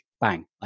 Bang